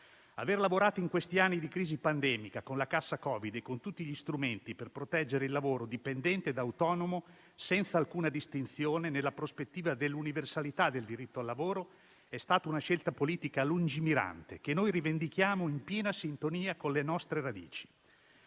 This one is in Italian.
Aver lavorato in questi anni di crisi pandemica con la cassa Covid e con tutti gli strumenti per proteggere il lavoro dipendente e autonomo senza alcuna distinzione, nella prospettiva dell'universalità del diritto al lavoro, è stata una scelta politica lungimirante, che rivendichiamo, in piena sintonia con le nostre radici.